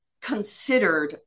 considered